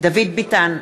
דוד ביטן,